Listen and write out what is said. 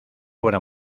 obra